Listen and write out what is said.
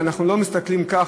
ואנחנו לא מסתכלים כך,